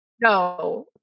no